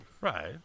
Right